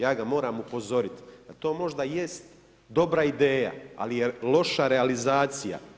Ja ga moram upozorit, a to možda jest dobra ideja ali je loša realizacija.